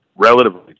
Relatively